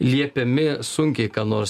liepiami sunkiai ką nors